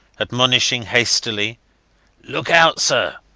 admonishing hastily look out, sir!